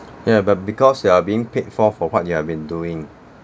ya but because you are being paid for for what you have been doing